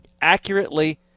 accurately